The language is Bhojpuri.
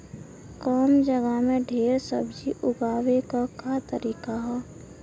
कम जगह में ढेर सब्जी उगावे क का तरीका ह?